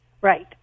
Right